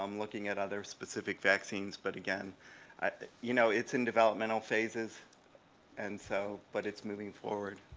um looking at other specific vaccines but again you know it's in developmental phases and so but it's moving forward.